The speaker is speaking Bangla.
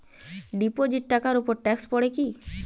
ডিপোজিট টাকার উপর ট্যেক্স পড়ে কি?